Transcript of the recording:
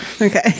Okay